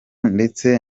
ndetse